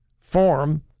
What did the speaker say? form